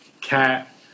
cat